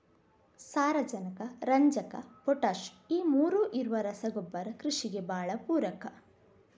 ಸಾರಾಜನಕ, ರಂಜಕ, ಪೊಟಾಷ್ ಈ ಮೂರೂ ಇರುವ ರಸಗೊಬ್ಬರ ಕೃಷಿಗೆ ಭಾಳ ಪೂರಕ